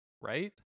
Right